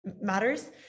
matters